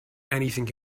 anything